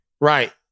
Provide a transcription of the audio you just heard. Right